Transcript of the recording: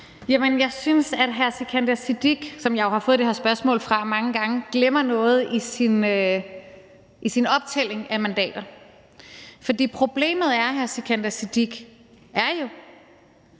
Jeg synes, at hr. Sikandar Siddique, som jeg jo har fået det her spørgsmål fra mange gange, glemmer noget i sin optælling af mandater. For problemet er jo, hr. Sikandar Siddique,